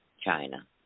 China